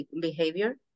behavior